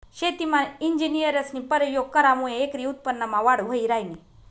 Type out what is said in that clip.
शेतीमा इंजिनियरस्नी परयोग करामुये एकरी उत्पन्नमा वाढ व्हयी ह्रायनी